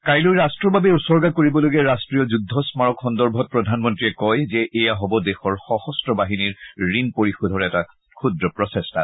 কাইলৈ ৰট্টৰ বাবে উচৰ্গা কৰিবলগীয়া ৰাষ্ট্ৰীয় যুদ্ধ স্মাৰক সন্দৰ্ভত প্ৰধানমন্ত্ৰীয়ে কয় যে এয়া হ'ব দেশৰ সশস্ত্ৰ বাহিনীৰ ঋণ পৰিশোধৰ এটা ক্ষুদ্ৰ প্ৰচেষ্টা